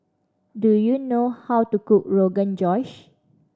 do you know how to cook Rogan Josh